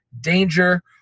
danger